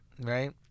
right